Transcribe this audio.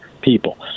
people